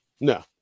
No